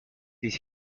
did